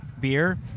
beer